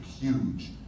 huge